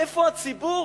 איפה הציבור?